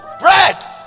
Bread